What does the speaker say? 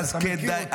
שאלה אמיתית.